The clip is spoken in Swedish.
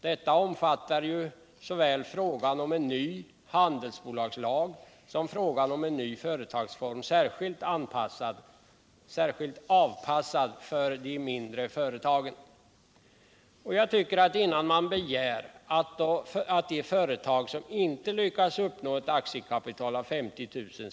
Detta omfattar ju såväl frågan om en ny handelsbolagslag som frågan om en ny företagsform särskilt anpassad för de mindre företagen. Innan man begär att de företag som inte lyckas uppnå ett aktiekapital på 50 000 kr.